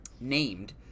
named